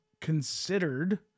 considered